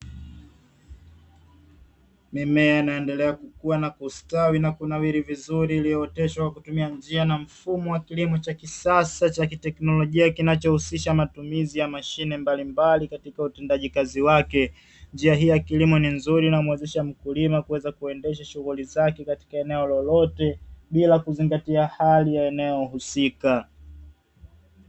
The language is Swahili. Mimea inaendelea kukua na kustawi na kunawiri vizuri iliyooteshwa kwa kutumia njia na mfumo wa kisasa cha kiteknolojia kinachohusisha mashine mbalimbali katika utendaji kazi wake. njia hii kilimo ni nzuri inayomuwezesha mkulima kuweza kuendesha shughuli zake katika eneo lolote bila kuzingatia hali ya eneo husika.